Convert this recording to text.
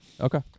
Okay